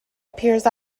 appears